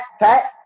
Pat